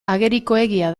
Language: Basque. agerikoegia